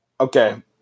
Okay